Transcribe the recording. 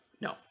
No